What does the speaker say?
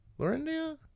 lorendia